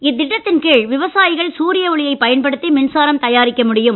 இத்திட்டத்தின் கீழ் விவசாயிகள் சூரிய ஒளியைப் பயன்படுத்தி மின்சாரம் தயாரிக்க முடியும்